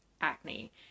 Acne